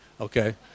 okay